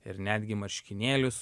ir netgi marškinėlius